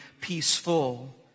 peaceful